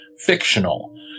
fictional